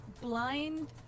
blind